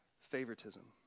favoritism